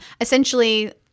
essentially